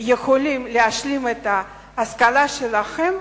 שיכולים להשלים את ההשכלה שלהם,